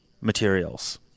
materials